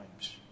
times